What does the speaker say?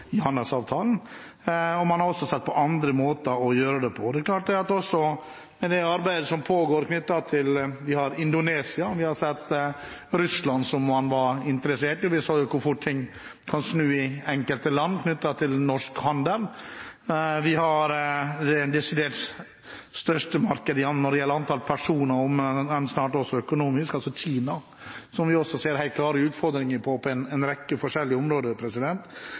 i handelsavtalen. Man har også sett på andre måter å gjøre det på. Det er klart at med det arbeidet som pågår knyttet til Indonesia, og vi har sett det i Russland, som man var interessert i, så vi hvor fort ting kan snu i enkelte land med hensyn til norsk handel. Vi har det desidert største markedet når det gjelder antall personer – og snart også økonomisk – Kina, hvor vi også ser helt klare utfordringer på en rekke forskjellige områder.